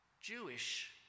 Jewish